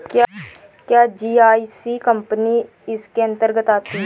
क्या GIC company इसके अन्तर्गत आती है?